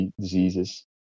diseases